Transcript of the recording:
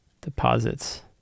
deposits